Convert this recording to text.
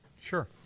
Sure